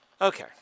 Okay